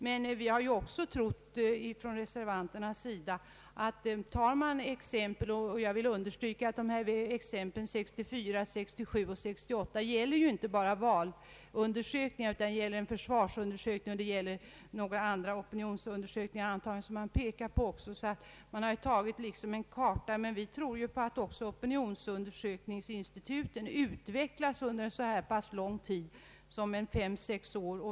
Jag vill understryka att exemplen från 1964, 1967 och 1968 inte bara gäller valundersökningar utan också försvarsundersökningar och några andra opinionsundersökningar. Man har liksom tagit en hel karta av undersökningar men de är gamla. Vi reservanter tror att opinionsinstituten utvecklats under en så pass lång tid som 5—6 år.